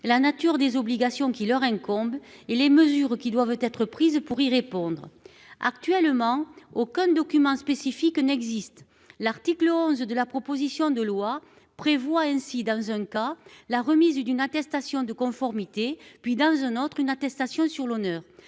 la nature des obligations qui leur incombent et les mesures qui doivent être prises pour y répondre. Actuellement, aucun document spécifique n'existe. L'article 11 de la proposition de loi prévoit ainsi dans un cas la remise d'une attestation de conformité, puis dans un autre une attestation sur l'honneur.